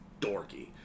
dorky